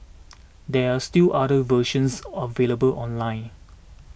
there are still other versions are available online